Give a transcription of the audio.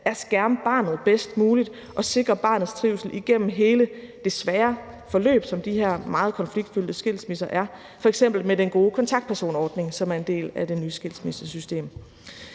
at skærme barnet bedst muligt og sikre barnets trivsel igennem hele det svære forløb, som de her meget konfliktfyldte skilsmisser er, f.eks. med den gode kontaktpersonordning, som er en del af det nye skilsmissesystem.